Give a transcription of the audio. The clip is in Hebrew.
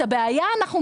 את הבעיה אנחנו מבינים,